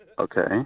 Okay